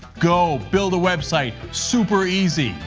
go! build a website. super easy.